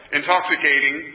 intoxicating